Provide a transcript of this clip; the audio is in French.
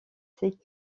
qu’ils